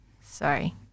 Sorry